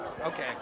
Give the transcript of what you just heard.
Okay